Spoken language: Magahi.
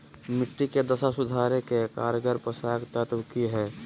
मिट्टी के दशा सुधारे के कारगर पोषक तत्व की है?